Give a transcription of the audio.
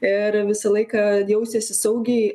ir visą laiką jausiesi saugiai